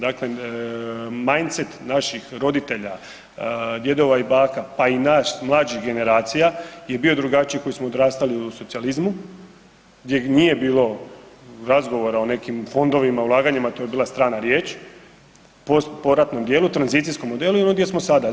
Dakle, majncet naših roditelja, djedova i baka pa i nas mlađih generacija je bio drugačiji koji smo odrastali u socijalizmu gdje nije bilo razgovora o nekim fondovima, ulaganjima, to je bila strana riječ, poratnom dijelu, tranzicijskom modelu i ono gdje smo sada.